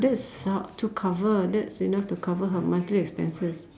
there's sub to cover there's enough to cover her monthly expenses